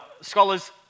Scholars